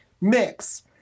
mix